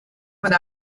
with